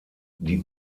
die